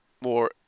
more